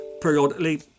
periodically